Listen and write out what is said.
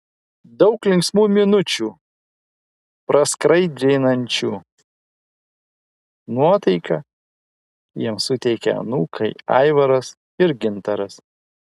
daug linksmų minučių praskaidrinančių nuotaiką jiems suteikia anūkai aivaras ir gintaras